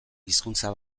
hizkuntza